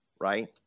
right